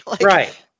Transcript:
Right